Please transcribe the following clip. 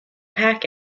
pack